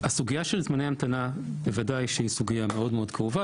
בוודאי שהסוגייה של זמני המתנה היא סוגייה מאוד-מאוד קרובה,